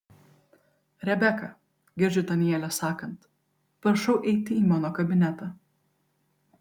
rebeka girdžiu danielę sakant prašau eiti į mano kabinetą